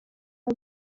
bwe